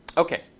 ok.